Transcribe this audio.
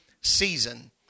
season